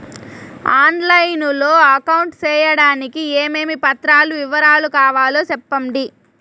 On line లో account సేయడానికి ఏమేమి పత్రాల వివరాలు కావాలో సెప్పండి?